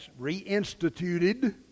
reinstituted